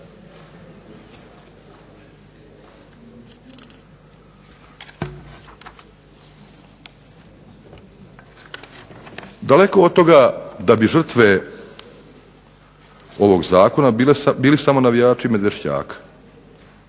Daleko od toga da bi žrtve ovog zakona bile samo navijači Medveščaka.